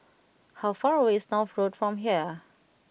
how far away is North Road from here